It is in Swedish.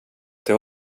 till